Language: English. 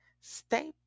Stay